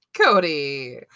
Cody